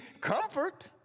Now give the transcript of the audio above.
comfort